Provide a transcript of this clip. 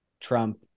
Trump